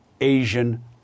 Asian